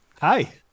Hi